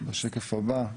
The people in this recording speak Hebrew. בשקף הבא,